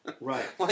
Right